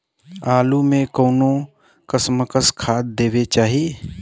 आलू मे कऊन कसमक खाद देवल जाई?